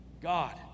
God